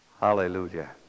Hallelujah